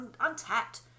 untapped